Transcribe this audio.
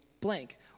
blank